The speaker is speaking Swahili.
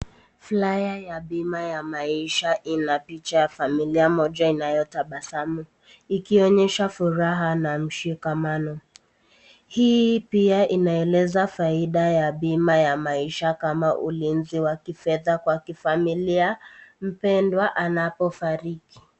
Flyer ya bima ya maisha ina picha ya familia moja inayotabasamu, ikionyesha furaha na mshikamano. Hii pia inaeleza faida ya bima ya maisha kama ulinzi wa kifedha kwa kifamilia mpendwa anapofariki.